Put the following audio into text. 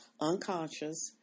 Unconscious